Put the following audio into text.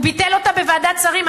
הוא ביטל אותה בוועדת שרים.